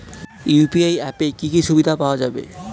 UPI অ্যাপে কি কি সুবিধা পাওয়া যাবে?